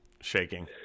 Shaking